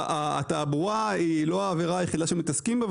התעבורה היא לא העבירה היחידה שמתעסקים בה,